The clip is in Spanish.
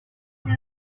vino